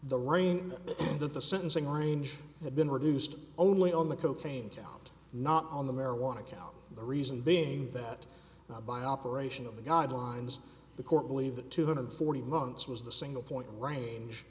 the rain that the sentencing range had been reduced only on the cocaine count not on the marijuana count the reason being that by operation of the guidelines the court believe that two hundred forty months was the single point r